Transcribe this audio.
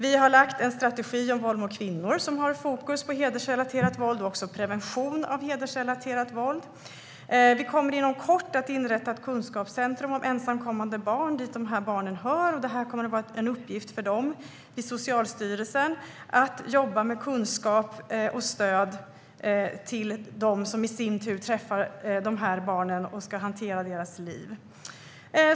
Vi har lagt fram en strategi om våld mot kvinnor, som har fokus på hedersrelaterat våld och på prevention av hedersrelaterat våld. Vi kommer inom kort att inrätta ett kunskapscentrum för ensamkommande barn, dit de här barnen hör. Det kommer att vara en uppgift för Socialstyrelsen att jobba med kunskap och stöd till dem som träffar de här barnen och ska hantera deras liv.